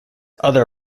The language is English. other